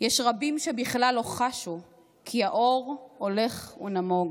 יש רבים שבכלל לא חשו כי האור הולך ונמוג.